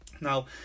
now